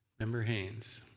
member haynes.